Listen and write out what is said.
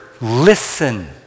listen